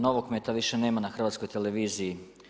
Novokmeta više nema na Hrvatskoj televiziji.